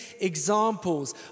examples